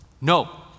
no